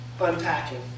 unpacking